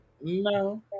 no